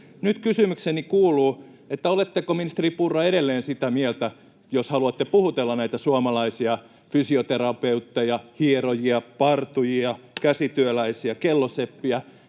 Nyt kysymykseni kuuluu: oletteko, ministeri Purra, edelleen sitä mieltä, jos haluatte puhutella näitä suomalaisia fysioterapeutteja, hierojia, partureita, [Puhemies